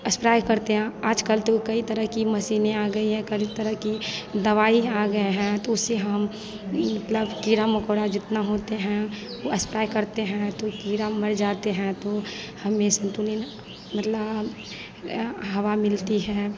spray करते हैं आज कल तो कई तरह की मशीनें आ गई हैं कई तरह की दवाई आ गया है तो उससे हम मतलब हम कीड़ा मकोड़ा जितना होता है वह अस्प्राय करते हैं तो कीड़ा मर जाते हैं तो हम यह संतुलित मतलब हवा मिलती है